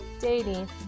dating